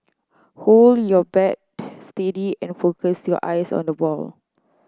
hold your bat steady and focus your eyes on the ball